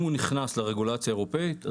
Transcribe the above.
אם הוא נכנס לרגולציה האירופאית,